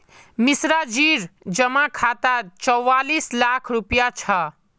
मिश्राजीर जमा खातात चौवालिस लाख रुपया छ